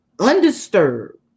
undisturbed